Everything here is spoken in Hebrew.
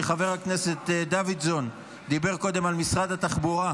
כי חבר הכנסת דוידסון דיבר קודם על משרד התחבורה,